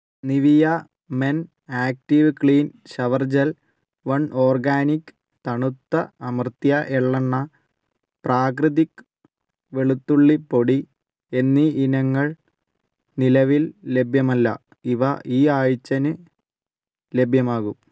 Nivea men active clean shower gel one organic തണുത്ത അമർത്തിയ എള്ളെണ്ണ പ്രാകൃതിക് വെളുത്തുള്ളി പൊടി എന്നീ ഇനങ്ങൾ നിലവിൽ ലഭ്യമല്ല ഇവ ഈ ആഴ്ചന് ലഭ്യമാകും